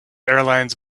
airlines